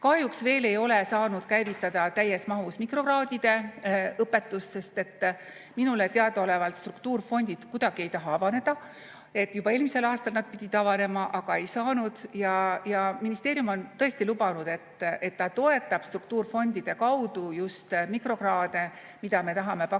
Kahjuks veel ei ole saanud käivitada täies mahus mikrokraadide õpet, sest minule teadaolevalt struktuurfondid kuidagi ei taha avaneda. Juba eelmisel aastal nad pidid avanema, aga ei saanud. Ministeerium on lubanud, et ta toetab struktuurfondide kaudu mikrokraade, mida me tahame pakkuda